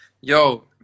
yo